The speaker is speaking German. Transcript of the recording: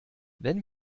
wenn